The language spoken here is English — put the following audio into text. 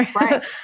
Right